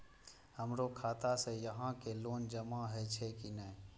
हमरो खाता से यहां के लोन जमा हे छे की ने?